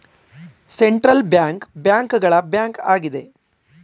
central bank bank ಗಳ bank ಆಗಿದೆ